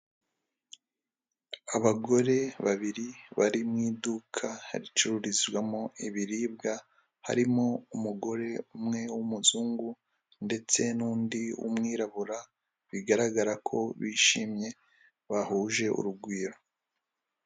Abagore babiri bari mu iduka ricururizwamo ibiribwa, harimo umugore umwe w'umuzungu ndetse n'undi mwirabura bigaragara ko bishimye bahuje urugwiro.